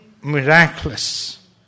miraculous